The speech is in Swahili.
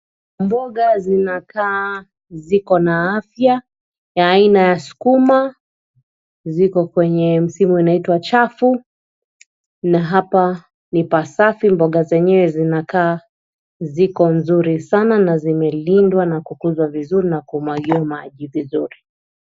Mboga zinakaa ziko na afya. Ni ya aina ya sukuma, ziko kwenye msimu inaitwa chafu. Na hapa ni pasafi, mboga zenyewe zinakaa ziko nzuri sana, na zimelindwa na kukuza vizuri na kumwagiwa maji vizuri.